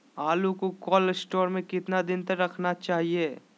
आलू को cold store में कितना दिन तक रखना चाहिए?